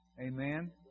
Amen